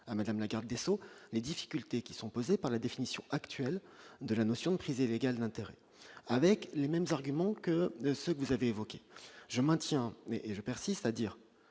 à Madame la Garde des Sceaux, les difficultés qui sont posées par la définition actuelle de la notion de crise illégale d'intérêt avec les mêmes arguments que ce que vous avez évoquées, je maintiens, je persiste à dire